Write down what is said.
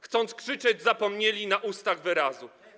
Chcąc krzyczeć zapomnieli na ustach wyrazu;